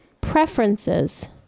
preferences